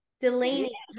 Delaney